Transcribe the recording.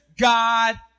God